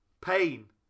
pain